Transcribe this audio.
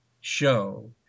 show